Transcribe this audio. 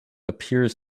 appears